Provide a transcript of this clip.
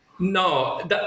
No